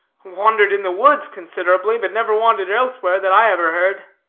wandered in the woods considerably, but never wandered elsewhere, that i ever heard.